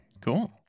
Cool